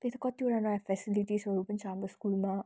त्यही त कतिवटा नयाँ फेसिलिटिजहरू पनि छ हाम्रो स्कुलमा